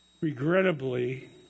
regrettably